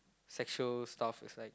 sexual stuff is like